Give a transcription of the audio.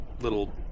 little